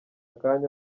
kanya